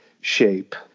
shape